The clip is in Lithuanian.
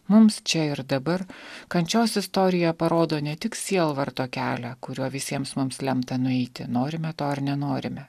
mums čia ir dabar kančios istorija parodo ne tik sielvarto kelią kuriuo visiems mums lemta nueiti norime to ar nenorime